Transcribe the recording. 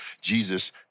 Jesus